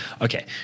Okay